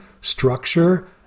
structure